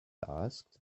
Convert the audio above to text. asked